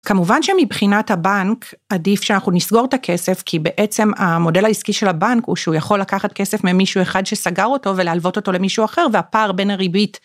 כמובן שמבחינת הבנק עדיף שאנחנו נסגור את הכסף כי בעצם המודל העסקי של הבנק הוא שהוא יכול לקחת כסף ממישהו אחד שסגר אותו ולהלוות אותו למישהו אחר והפער בין הריבית.